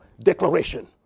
Declaration